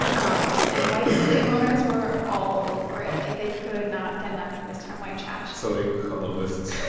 um and white slave owners were all over it. like, they could not get enough of this term white trash so they columbused